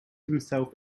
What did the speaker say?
himself